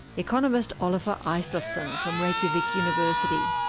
economist olafur isleifsson from reykjavik university.